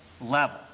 level